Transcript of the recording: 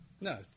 No